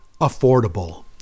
affordable